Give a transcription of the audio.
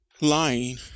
lying